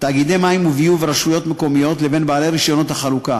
תאגידי מים וביוב ורשויות מקומיות לבין בעלי רישיונות החלוקה.